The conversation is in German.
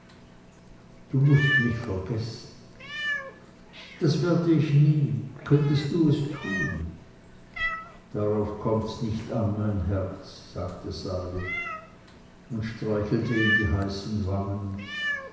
du mußt mich vergessen das werde ich nie könntest denn du es tun darauf kommt's nicht an mein herz sagte sali und streichelte ihm die heißen wangen